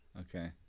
okay